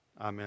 Amen